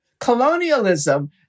colonialism